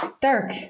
dark